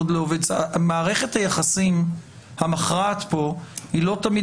מערכת היחסים המכרעת כאן היא לא תמיד